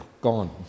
gone